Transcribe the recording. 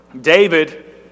David